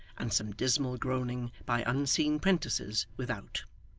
and some dismal groaning by unseen prentices without.